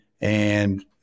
and-